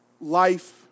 life